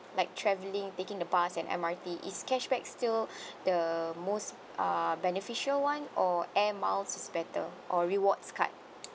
like travelling taking the bus and M_R_T is cashback still the most uh beneficial [one] or air miles is better or rewards card